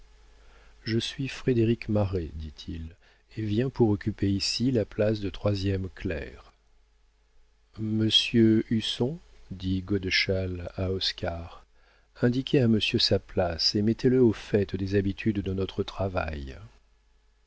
je suis frédéric marest dit-il et viens pour occuper ici la place de troisième clerc monsieur husson dit godeschal à oscar indiquez à monsieur sa place et mettez-le au fait des habitudes de notre travail